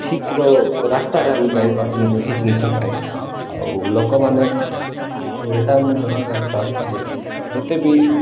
ଠିକର ରାସ୍ତାରେ ଆମେ ଯାଇପାରୁନୁ ଏହି ଜିନିଷ ପାଇ ଆଉ ଲୋକମାନେଙ୍କୁ ଏଇଟା ମୁଁ ଜଣାଇବାକୁ ଚାହୁଁଛି ଯେ ଯେତେ ବି